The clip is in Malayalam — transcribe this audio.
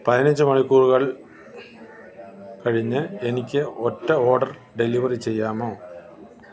പതിനഞ്ച് മണിക്കൂറുകൾ കഴിഞ്ഞ് എനിക്ക് ഒറ്റ ഓർഡർ ഡെലിവറി ചെയ്യാമോ